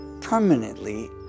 permanently